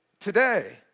today